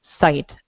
site